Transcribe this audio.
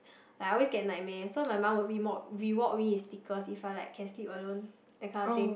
like I always get nightmare so my mum will rem~ reward me with stickers if I like can sleep alone that kind of thing